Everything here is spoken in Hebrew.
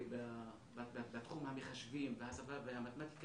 בתחום המחשבים, השפה והמתמטיקה.